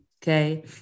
Okay